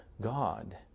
God